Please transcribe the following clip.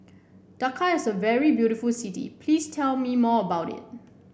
Dhaka is a very beautiful city please tell me more about it